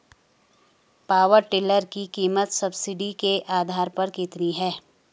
Power tiller की कीमत subsidy के आधार पर कितनी है?